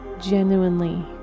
genuinely